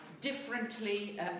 differently